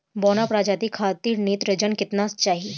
बौना प्रजाति खातिर नेत्रजन केतना चाही?